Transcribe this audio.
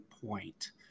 point